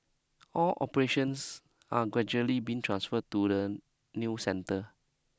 all operations are gradually being transferred to the new centre